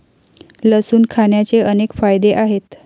लसूण खाण्याचे अनेक फायदे आहेत